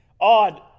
odd